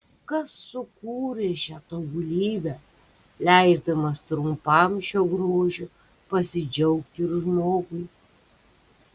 kas sukūrė šią tobulybę leisdamas trumpam šiuo grožiu pasidžiaugti ir žmogui